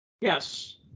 Yes